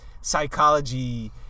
psychology